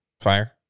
Fire